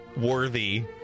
worthy